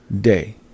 day